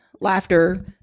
Laughter